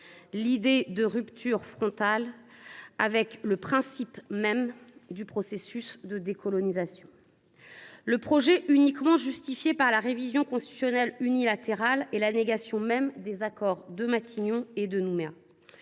l’idée de rupture frontale avec le principe même du processus de décolonisation. Le projet, uniquement justifié par la révision constitutionnelle unilatérale, est la négation même des accords de Matignon et de Nouméa.